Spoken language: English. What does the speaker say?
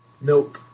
Nope